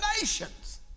nations